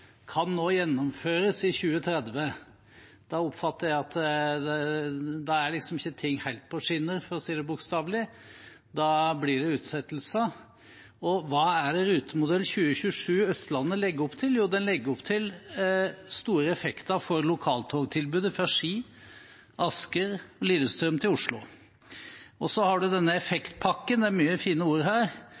kan nå gjennomføres i 2030. Da oppfatter jeg det slik at ting ikke er helt på skinner, for å si det bokstavelig; da blir det utsettelser. Og hva er det Rutemodell 2027 for Østlandet legger opp til? Jo, den legger opp til store effekter for lokaltogtilbudet fra Ski, Asker og Lillestrøm til Oslo. Så har man denne effektpakken – det er mye fine ord her